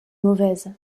mauvaise